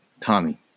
Tommy